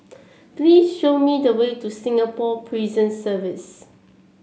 please show me the way to Singapore Prison Service